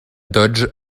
dodge